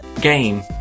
game